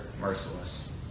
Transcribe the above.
merciless